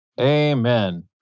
Amen